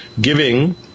giving